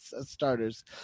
starters